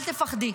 אל תפחדי,